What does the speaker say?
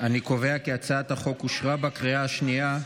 אני קובע כי הצעת החוק אושרה בקריאה השנייה.